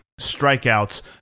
strikeouts